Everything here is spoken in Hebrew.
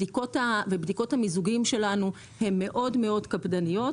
בדיקות המיזוגים שלנו הן מאוד מאוד קפדניות,